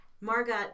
margot